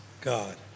God